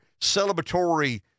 celebratory